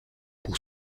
pour